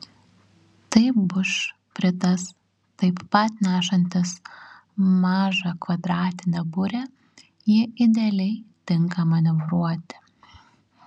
tai bušpritas taip pat nešantis mažą kvadratinę burę ji idealiai tinka manevruoti